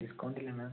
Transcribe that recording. discount ഇല്ലേ മാം